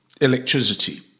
electricity